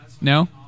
No